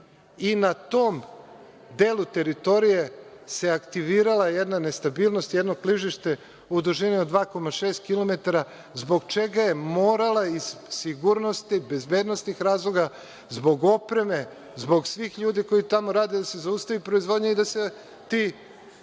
i na tom delu teritorije se aktivirala jedna nestabilnost, jedno klizište u dužini od 2,6 km, zbog čega je morala iz sigurnosnih i bezbednosnih razloga, zbog opreme, zbog svih ljudi koji tamo rade, da se zaustavi proizvodnja, da se ti